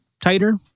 tighter